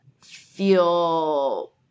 feel